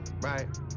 right